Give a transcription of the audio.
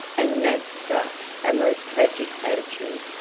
and nat struck a most tragic attitude.